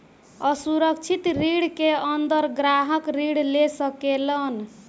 असुरक्षित ऋण के अंदर ग्राहक ऋण ले सकेलन